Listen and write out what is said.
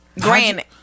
granted